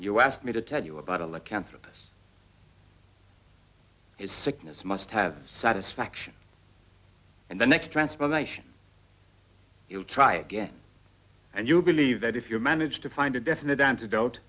you ask me to tell you about a lot cancerous his sickness must have satisfaction and the next transformation he will try again and you believe that if you manage to find a definite antidote